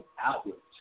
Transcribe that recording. outwards